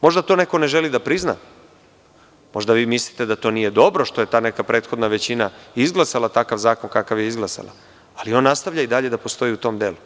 Možda to neko ne želi da prizna, možda vi mislite da to nije dobro što je ta neka prethodna većina izglasala takav zakon kakav je izglasala, ali on nastavlja i dalje da postoji u tom delu.